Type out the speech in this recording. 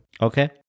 Okay